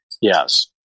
Yes